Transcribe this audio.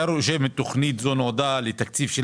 אתה כותב: תוכנית זו נועדה לתקציב של